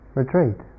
retreat